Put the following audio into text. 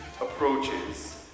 approaches